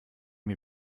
mir